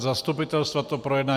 Zastupitelstva to projednávají.